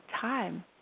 time